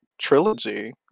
trilogy